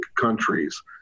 countries